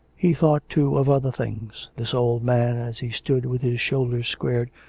he thought, too, of other things, this old man, as he stood, with his shoulders squared,